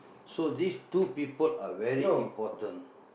so these two people are very important